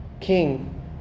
King